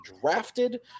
drafted